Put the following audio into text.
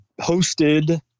hosted